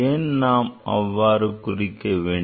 ஏன் நாம் அவ்வாறு குறிக்க வேண்டும்